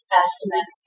estimate